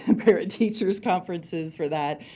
and parent teachers conferences for that.